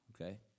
okay